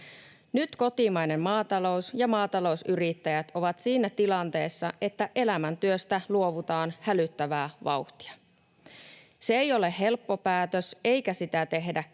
Nyt kotimainen maatalous ja maatalousyrittäjät ovat siinä tilanteessa, että elämäntyöstä luovutaan hälyttävää vauhtia. Se ei ole helppo päätös, eikä sitä tehdä kevyin